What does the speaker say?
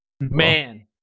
Man